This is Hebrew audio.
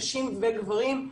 נשים וגברים,